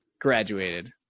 graduated